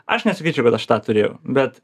aš nesakyčiau kad aš tą turėjau bet